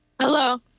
Hello